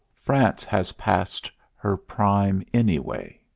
france has passed her prime anyway,